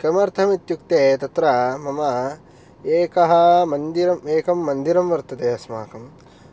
किमर्थम् इत्युक्ते तत्र मम एकः मन्दिरम् एकं मन्दिरं वर्तते अस्माकं